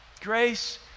Grace